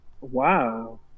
Wow